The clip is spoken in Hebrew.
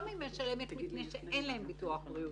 היא משלמת מפני שאין להם ביטוח בריאות.